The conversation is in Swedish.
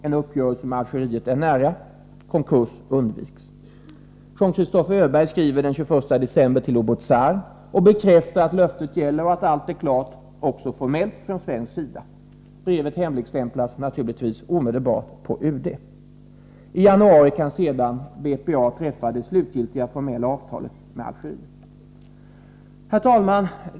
En uppgörelse med Algeriet är nära — konkurs undviks. Jean-Christophe Öberg skriver den 21 december till Oubouzar och bekräftar att löftet gäller och att allt är klart — också formellt — från svensk sida. Brevet hemligstämplas naturligtvis omedelbart på UD. I januari kan BPA sedan träffa det slutgiltiga formella avtalet med Algeriet. z Herr talman!